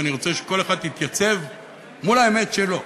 ואני רוצה שכל אחד יתייצב מול האמת שלו,